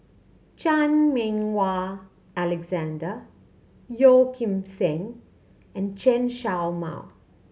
Chan Meng Wah Alexander Yeo Kim Seng and Chen Show Mao